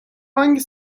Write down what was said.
hangi